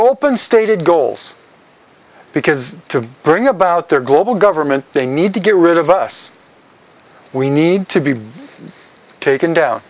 open stated goals because to bring about their global government they need to get rid of us we need to be taken down